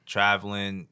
traveling